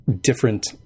different